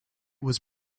was